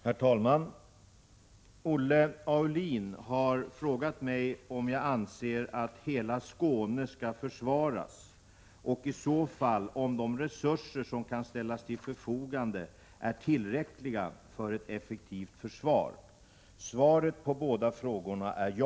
Herr talman! Olle Aulin har frågat mig om jag anser att hela Skåne skall försvaras och i så fall om de resurser som kan ställas till förfogande är tillräckliga för ett effektivt försvar. Svaret på båda frågorna är ja.